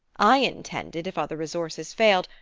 i intended, if other resources failed,